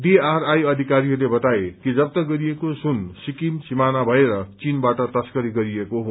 DRI अधिकारीहरूले बताए कि जफ्त गरिएको सुन सिक्किम सिमाना भएर चीनबाट तस्करी गरिएको हो